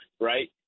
right